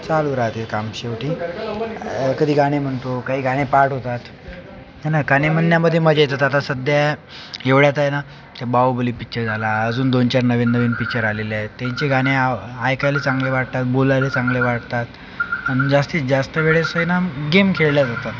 चालू राहते काम शेवटी कधी गाणे म्हणतो काही गाणे पाठ होतात आहे ना गाणे म्हणण्यामध्ये मजा येतात आता सध्या एवढ्यात आहे ना ते बाहुबली पिक्चर झाला अजून दोन चार नवीन नवीन पिक्चर आलेले आहेत त्यांचे गाणे ऐकायला चांगले वाटतात बोलायला चांगले वाटतात आणि जास्तीत जास्त वेळेस आहे ना गेम खेळल्या जातात